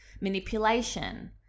manipulation